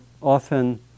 often